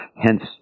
hence